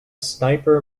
sniper